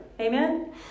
Amen